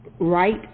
right